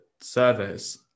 service